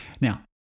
Now